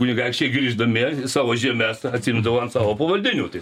kunigaikščiai grįždami į savo žemes atsiimdavo ant savo pavaldinių tai